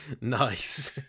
Nice